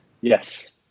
Yes